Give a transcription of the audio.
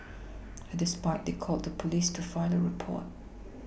at this point they called the police to file a report